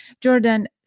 Jordan